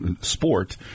sport